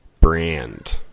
brand